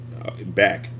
B-A-C-K